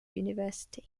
university